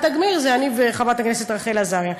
"תג מאיר" היו אני וחברת הכנסת רחל עזריה.